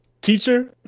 Teacher